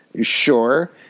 Sure